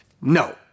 No